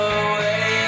away